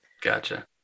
Gotcha